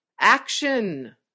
action